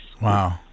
Wow